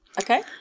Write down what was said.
Okay